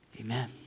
Amen